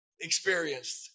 experienced